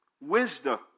Wisdom